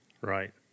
Right